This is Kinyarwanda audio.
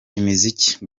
imiziki